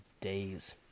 days